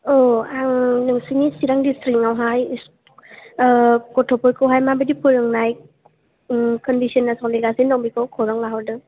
औ आं नोंसोरनि चिरां द्रिसथिखआवहाय गथ'फोरखौहाय माबादि फोरोंनाय खनदिस'ना सोलिगासिनो दं बेखौ खौरां लाहरदों